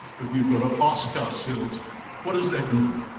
but we've got to ask ourselves what does that mean.